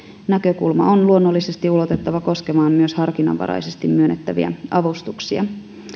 näkökulma on luonnollisesti ulotettava koskemaan myös harkinnanvaraisesti myönnettäviä avustuksia